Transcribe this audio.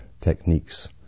techniques